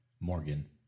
Morgan